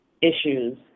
issues